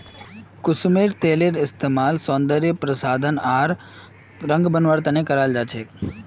कुसुमेर तेलेर इस्तमाल सौंदर्य प्रसाधन आर रंग बनव्वार त न कराल जा छेक